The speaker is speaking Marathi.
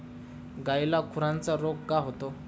गायीला खुराचा रोग का होतो?